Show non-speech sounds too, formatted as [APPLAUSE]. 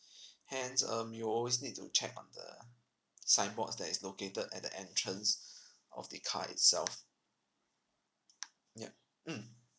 [BREATH] hence um you always need to check on the signboards that is located at the entrance [BREATH] of the car itself ya mm